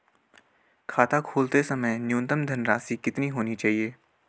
खाता खोलते समय न्यूनतम धनराशि कितनी होनी चाहिए?